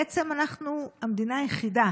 בעצם אנחנו המדינה היחידה